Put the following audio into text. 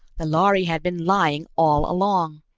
the lhari had been lying all along,